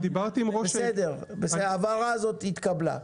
בסדר, ההבהרה הזאת התקבלה.